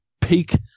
peak